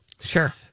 Sure